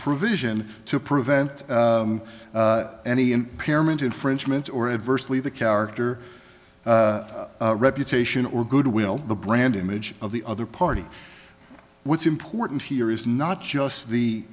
provision to prevent any and parent infringement or adversely the character reputation or goodwill the brand image of the other party what's important here is not just the